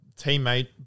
teammate